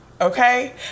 okay